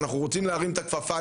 אנחנו רוצים להרים את הכפפה,